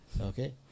Okay